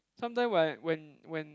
sometime when I when when